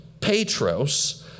Petros